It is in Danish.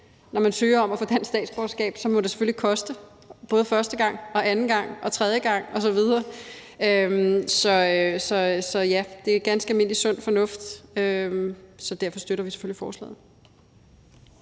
Når man søger om at få dansk statsborgerskab, må det selvfølgelig koste både første gang, anden gang, tredje gang osv. Så det er ganske almindelig sund fornuft, og derfor støtter vi selvfølgelig forslaget.